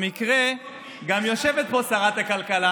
יש כמה דברים